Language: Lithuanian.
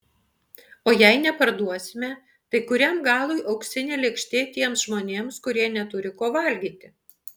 o jei neparduosime tai kuriam galui auksinė lėkštė tiems žmonėms kurie neturi ko valgyti